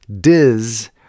Diz